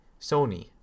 Sony